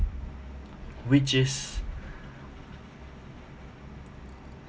which is